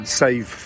save